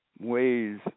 ways